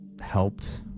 helped